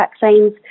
vaccines